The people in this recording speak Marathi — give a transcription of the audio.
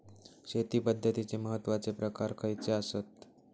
शेती पद्धतीचे महत्वाचे प्रकार खयचे आसत?